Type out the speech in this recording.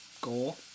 goal